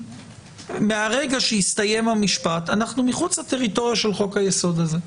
מהרגע שהסתיים המשפט אנחנו מחוץ לטריטוריה של חוק-היסוד הזה.